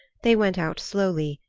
they went out slowly,